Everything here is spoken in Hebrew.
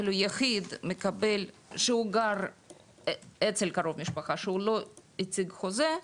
יחיד שהוא גר אצל קרוב משפחה, שהוא לא הציג חוזה,